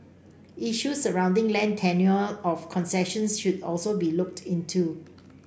issues surrounding land tenure of concessions should also be looked into